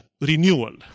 renewal